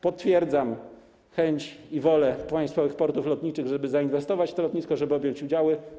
Potwierdzam chęć i wolę państwowych Portów Lotniczych, żeby zainwestować w to lotnisko, żeby objąć udziały.